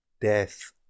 death